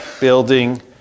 building